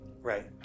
Right